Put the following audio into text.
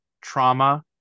trauma